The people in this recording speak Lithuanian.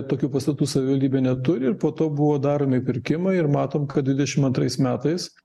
tokių pastatų savivaldybė neturi ir po to buvo daromi pirkimai ir matom kad dvidešim antrais metais